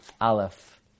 aleph